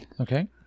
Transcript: Okay